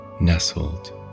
nestled